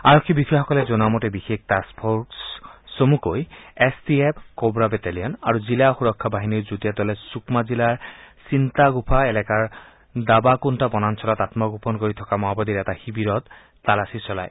আৰক্ষী বিয়য়াসকলে জনোৱা মতে বিশেষ টাস্ক ফৰ্চ চমুকৈ এছ টি এফ কোৱা বেটেলিয়ন আৰু জিলা সুৰক্ষা বাহিনীৰ যুটীয়া দলে চুকমা জিলাৰ চিন্তাগুফা এলেকাৰ দাবাকুন্তা বনাঞ্চলত আন্মগোপন কৰি থকা মাওবাদীৰ এটা শিবিৰত তালাচী চলায়